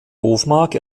hofmark